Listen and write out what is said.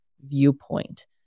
viewpoint